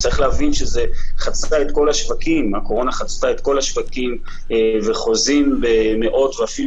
צריך להבין שהקורונה חצתה את כל השווקים וחוזים במאות ואפילו